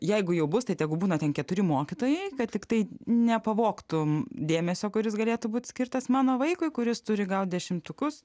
jeigu jau bus tai tegu būna ten keturi mokytojai kad tiktai nepavogtum dėmesio kuris galėtų būt skirtas mano vaikui kuris turi gaut dešimtukus